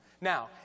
Now